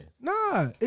Nah